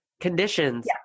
conditions